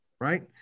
Right